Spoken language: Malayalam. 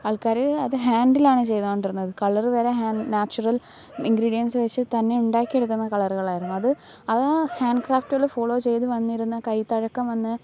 ആൾക്കാർ അത് ഹാൻഡിലാണ് ചെയ്തോണ്ടിരുന്നത് കളറ് വരെ ഹാൻ നാച്ചുറൽ ഇൻഗ്രീഡിയൻസ് വെച്ച് തന്നെ ഉണ്ടാക്കിയെടുക്കുന്ന കളറുകളായിരുന്നു അത് അതാ ഹാൻ ക്രാഫ്റ്റുല് ഫോളോ ചെയ്ത് വന്നിരുന്ന കൈത്തഴക്കം വന്ന്